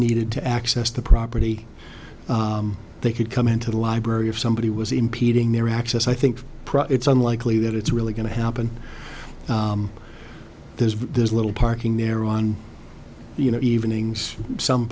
needed to access the property they could come into the library if somebody was impeding their access i think it's unlikely that it's really going to happen there's there's little parking there on you know evenings some